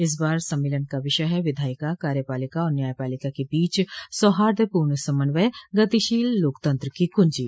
इसबार सम्मेलन का विषय है विधायिका कार्यपालिका और न्यायपालिका के बीच सौहार्द्रपूर्ण समन्वय गतिशील लोकतंत्र की कुंजी